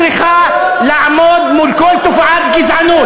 את צריכה לעמוד מול כל תופעת גזענות.